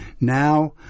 Now